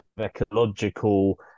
ecological